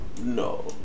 No